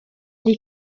les